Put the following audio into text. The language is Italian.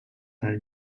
nel